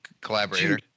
collaborator